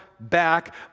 back